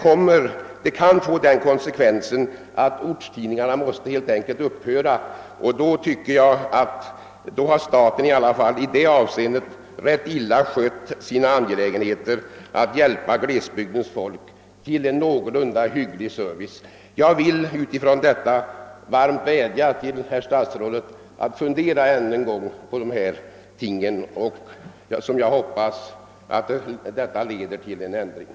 1970) faxesättningen kan få den konsekvensen att ortstidningarna helt enkelt blir tvingade att upphöra. Då tycker jag att staten i varje fall i det avseendet har illa skött sin plikt att hjälpa glesbygdens folk och ge människorna där en någorlunda hygglig service. Med hänsyn härtill vill jag varmt vädja till statsrådet att ännu en gång fundera på dessa frågor och uttalar förhoppningen att ett sådant övervägande leder till en ändring.